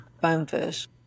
bonefish